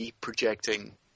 projecting